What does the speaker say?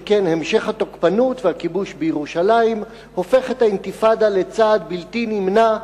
שכן המשך התוקפנות והכיבוש בירושלים הופך את האינתיפאדה לצעד בלתי נמנע.